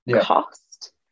cost